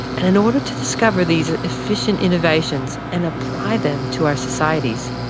and in order to discover these efficient innovations and apply them to our societies,